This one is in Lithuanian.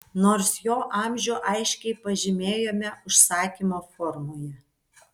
nors jo amžių aiškiai pažymėjome užsakymo formoje